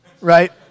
right